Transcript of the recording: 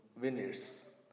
winners